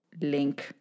link